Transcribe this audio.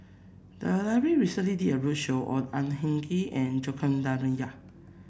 the library recently did a roadshow on Ang Hin Kee and Joaquim D'Almeida